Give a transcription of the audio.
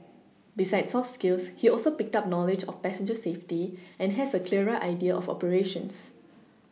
besides soft skills he also picked up knowledge of passenger safety and has a clearer idea of operations